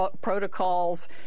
protocols